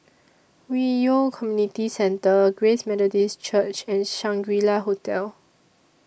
Hwi Yoh Community Centre Grace Methodist Church and Shangri La Hotel